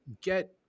get